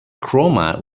chroma